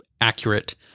accurate